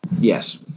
Yes